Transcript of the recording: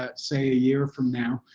ah say a year from now,